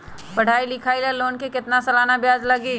पढाई लिखाई ला लोन के कितना सालाना ब्याज लगी?